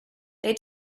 they